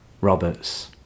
Roberts